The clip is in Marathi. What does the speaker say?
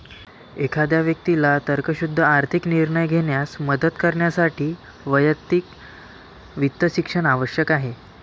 एखाद्या व्यक्तीला तर्कशुद्ध आर्थिक निर्णय घेण्यास मदत करण्यासाठी वैयक्तिक वित्त शिक्षण आवश्यक आहे